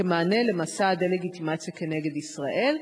כמענה למסע הדה-לגיטימציה נגד ישראל?